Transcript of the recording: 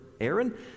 Aaron